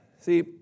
See